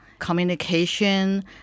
communication